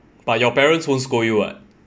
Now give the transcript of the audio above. but your parents won't scold you [what]